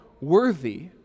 worthy